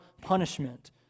punishment